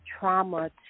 trauma